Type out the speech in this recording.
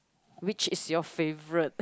which is your favourite